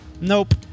nope